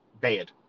bad